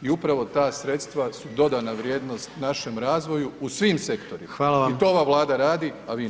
I upravo ta sredstva su dodana vrijednost našem razvoju u svim sektorima i to ova Vlada radi a vi niste.